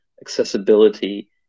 accessibility